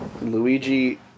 Luigi